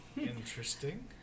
Interesting